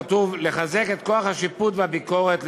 כתוב: לחזק את כוח השיפוט והביקורת,